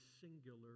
singular